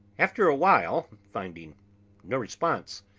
after a while, finding no response,